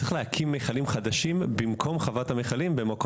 צריך להקים מכלים חדשים במקום אחר במקום חוות המכלים.